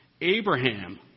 Abraham